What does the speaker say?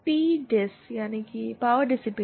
Pdis 12